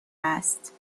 است